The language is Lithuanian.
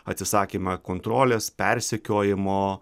atsisakymą kontrolės persekiojimo